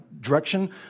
direction